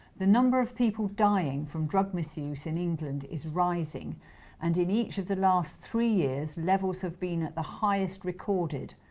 the number of people dying from drug misuse in england is rising and in each of the last three years levels have been at their highest recorded,